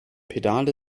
pedale